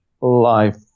life